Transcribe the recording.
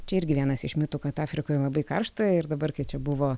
čia irgi vienas iš mitų kad afrikoje labai karšta ir dabar kai čia buvo